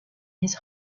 his